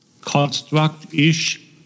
construct-ish